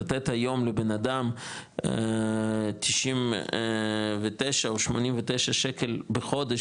לתת היום לבנאדם 99 או 89 שקל בחודש,